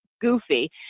goofy